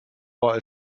war